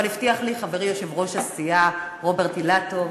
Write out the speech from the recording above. אבל הבטיח לי חברי יושב-ראש הסיעה רוברט אילטוב